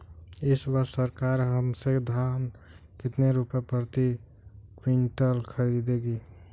इस वर्ष सरकार हमसे धान कितने रुपए प्रति क्विंटल खरीदेगी?